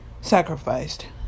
sacrificed